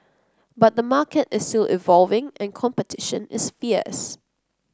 but the market is still evolving and competition is fierce